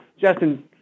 Justin –